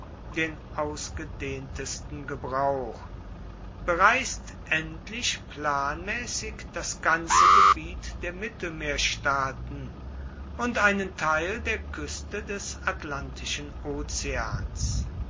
den ausgedehntesten gebrauch bereist endlich planmäßig das ganze gebiet der mittelmeerstaaten und einen teil der küste des atlantischen ozeans